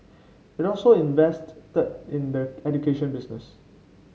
it also invested the in the education business